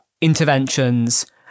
interventions